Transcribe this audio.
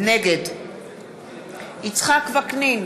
נגד יצחק וקנין,